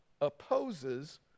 opposes